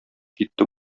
китте